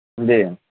جی